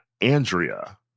Andrea